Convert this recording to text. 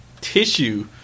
tissue